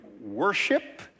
worship